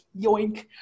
yoink